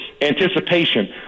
Anticipation